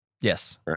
Yes